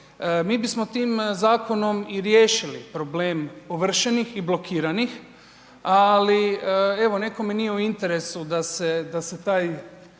Mi bismo tim zakonom i riješili problem ovršenih i blokiranih, ali evo nekome nije u interesu da se taj